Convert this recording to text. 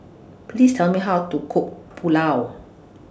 Please Tell Me How to Cook Pulao